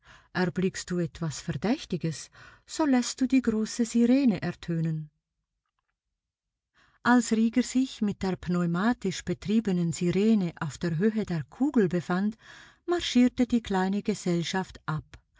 erblickst du etwas verdächtiges so läßt du die große sirene ertönen als rieger sich mit der pneumatisch betriebenen sirene auf der höhe der kugel befand marschierte die kleine gesellschaft ab